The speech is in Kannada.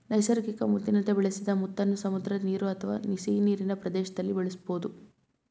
ನೈಸರ್ಗಿಕ ಮುತ್ತಿನಂತೆ ಬೆಳೆಸಿದ ಮುತ್ತನ್ನು ಸಮುದ್ರ ನೀರು ಅಥವಾ ಸಿಹಿನೀರಿನ ಪ್ರದೇಶ್ದಲ್ಲಿ ಬೆಳೆಸ್ಬೋದು